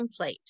template